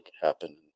happen